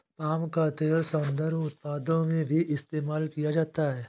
palm का तेल सौन्दर्य उत्पादों में भी इस्तेमाल किया जाता है